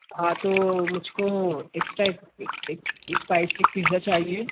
ہاں تو مجھ کو ایک اسپائسی ایک پزا چاہیے